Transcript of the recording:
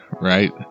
right